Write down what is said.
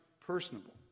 personable